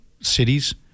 cities